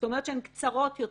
הן קצרות יותר.